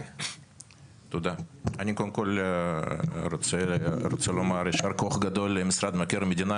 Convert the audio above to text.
אני קודם רוצה לומר יישר כוח גדול למשרד מבקר המדינה,